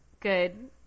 Good